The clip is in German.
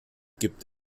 gibt